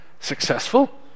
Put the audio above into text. Successful